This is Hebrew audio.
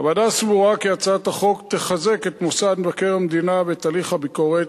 הוועדה סבורה כי הצעת החוק תחזק את מוסד מבקר המדינה ואת הליך הביקורת,